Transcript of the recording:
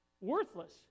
worthless